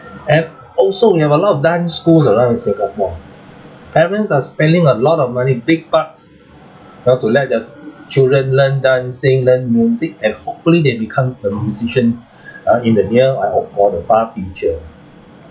and also we have a lot of dance schools around in singapore parents are spending a lot of money big bucks you know to let the children learn dancing learn music and hopefully they become a musician !huh! in the near or far future